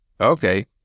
okay